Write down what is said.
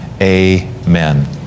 amen